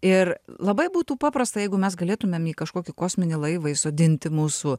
ir labai būtų paprasta jeigu mes galėtumėm į kažkokį kosminį laivą įsodinti mūsų